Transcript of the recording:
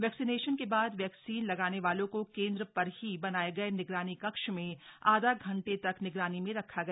vaccination के बाद vaccine लगाने वालों को केंद्र पर ही बनाए गए निगरानी कक्ष में आधा घंटा तक निगरानी में रखा गया